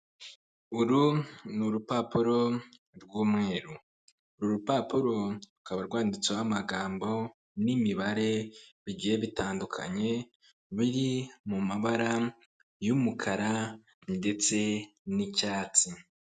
Uru ni urupapuro rw'umweru. Uru rupapuro rukaba rwanditseho amagambo n'imibare bigiye bitandukanye biri mu mabara y'umukara ndetse n'icyatsi.